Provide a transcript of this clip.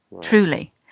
truly